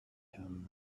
him